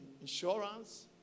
insurance